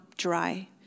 dry